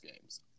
games